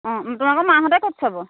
অঁ তোমালোকৰ মাহঁতে ক'ত চাব